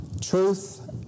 Truth